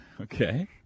Okay